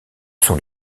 sont